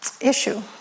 issue